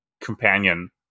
companion